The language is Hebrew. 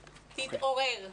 תתעורר.